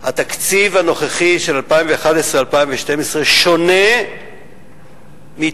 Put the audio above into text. התקציב הנוכחי של 2011 ו-2012 שונה מתקציבים